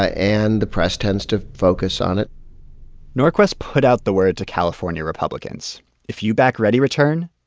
ah and the press tends to focus on it norquist put out the word to california republicans if you back readyreturn,